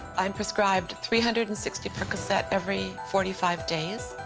i'm prescribed three hundred and sixty percocet every forty five days.